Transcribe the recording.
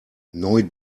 neu